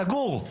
סגור,